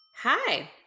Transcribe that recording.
Hi